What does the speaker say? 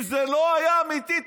אם זה לא היה אמיתי,